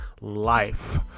life